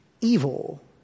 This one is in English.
evil